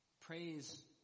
Praise